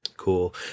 Cool